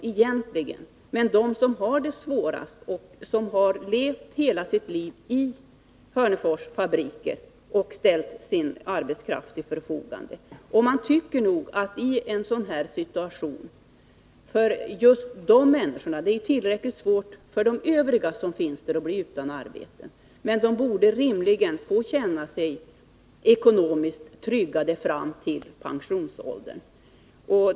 Men det gäller människor som har det svårast och som har levt hela sitt liv i Hörnefors fabriker och ställt sin arbetskraft till förfogande. I en sådan här situation för just dessa människor — det är tillräckligt svårt för de övriga som finns där att bli utan arbete — tycker man att de rimligen borde få känna att de har ekonomisk trygghet fram till pensionsåldern.